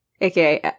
aka